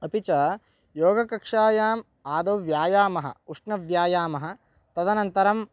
अपि च योगकक्षायाम् आदौ व्यायामः उष्णव्यायामः तदनन्तरं